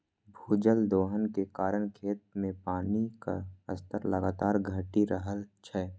भूजल दोहन के कारण खेत मे पानिक स्तर लगातार घटि रहल छै